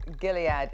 Gilead